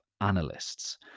analysts